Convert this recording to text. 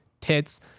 tits